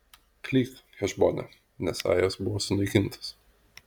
klyk hešbone nes ajas buvo sunaikintas